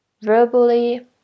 Verbally